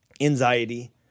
anxiety